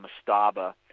Mastaba